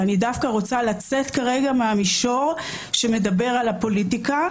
אני רוצה דווקא לצאת מהמישור שמדבר על הפוליטיקה